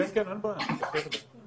כמובן שהאינטרס הישראלי מתפרס על כל השטח,